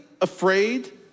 afraid